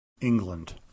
England